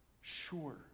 sure